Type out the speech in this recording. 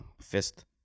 fist